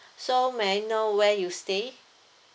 so may I know where you stay